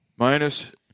Minus